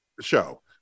show